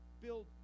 build